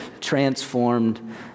transformed